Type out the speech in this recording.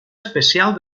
especial